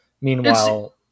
Meanwhile